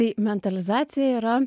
tai mentalizacija yra